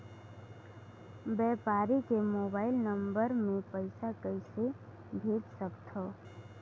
व्यापारी के mobile number मे पईसा कइसे भेज सकथव?